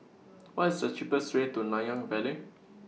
What IS The cheapest Way to Nanyang Valley